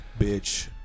bitch